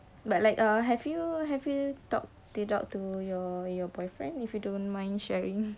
like like err have you have you talk to your your boyfriend if you don't mind sharing